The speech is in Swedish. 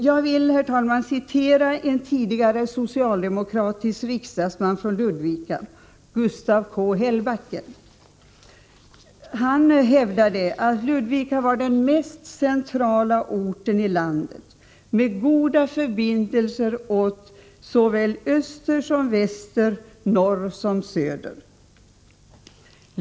Jag vill, herr talman, återge vad en tidigare socialdemokratisk riksdagsman från Ludvika, Gustav K. Hällbacken, en gång hävdade: Ludvika är den mest centrala orten i landet, med goda förbindelser åt såväl öster som väster, norr som söder.